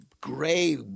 gray